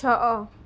ଛଅ